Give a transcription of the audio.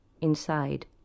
Inside